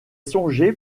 songé